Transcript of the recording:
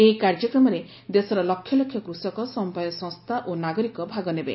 ଏହି କାର୍ଯ୍ୟକ୍ରମରେ ଦେଶର ଲକ୍ଷ ଲକ୍ଷ କୃଷକ ସମବାୟ ସଂସ୍ଥା ଓ ନାଗରିକ ଭାଗ ନେବେ